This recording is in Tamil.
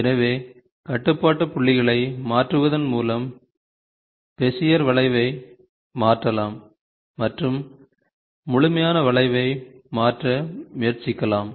எனவே கட்டுப்பாட்டு புள்ளிகளை மாற்றுவதன் மூலம் பெசியர் வளைவை மாற்றலாம் மற்றும் முழுமையான வளைவை மாற்ற முயற்சிக்கலாம்